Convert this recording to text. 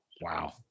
Wow